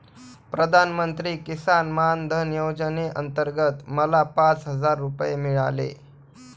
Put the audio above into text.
प्रधानमंत्री किसान मान धन योजनेअंतर्गत मला पाच हजार रुपये मिळाले